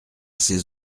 ses